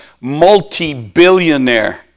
multi-billionaire